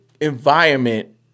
environment